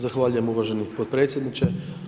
Zahvaljujem uvaženi potpredsjedniče.